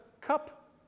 cup